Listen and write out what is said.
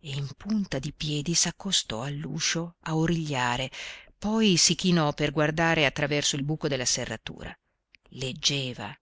e in punta di piedi s'accostò all'uscio a origliare poi si chinò per guardare attraverso il buco della serratura leggeva